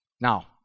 Now